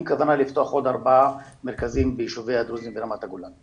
כוונה לפתוח עוד ארבעה מרכזים ביישובי הדרוזים ברמת הגולן.